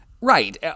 Right